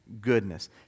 goodness